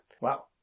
Wow